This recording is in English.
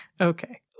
Okay